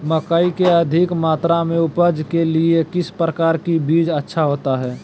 मकई की अधिक मात्रा में उपज के लिए किस प्रकार की बीज अच्छा होता है?